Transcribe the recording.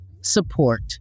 support